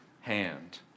hand